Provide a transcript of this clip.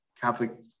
Catholic